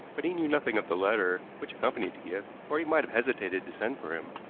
but he knew nothing of the letter which accompanied the gift, or he might have hesitated to send for him.